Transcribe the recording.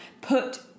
put